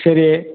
சரி